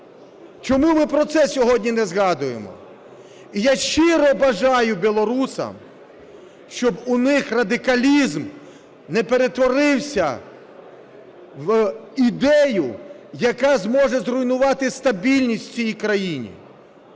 Чому ми про це сьогодні не згадуємо? І я щиро бажаю білорусам, щоб у них радикалізм не перетворився в ідею, яка зможе зруйнувати стабільність у цій країні.